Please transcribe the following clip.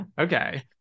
Okay